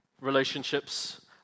relationships